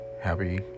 happy